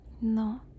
No